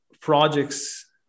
projects